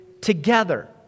together